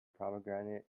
pomegranate